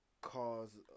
cause